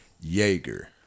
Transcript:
jaeger